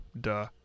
duh